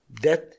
death